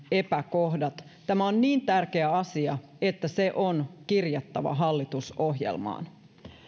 epäkohdat tämä on niin tärkeä asia että se on kirjattava hallitusohjelmaan